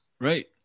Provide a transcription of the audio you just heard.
Right